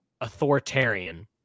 Authoritarian